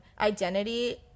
identity